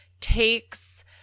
takes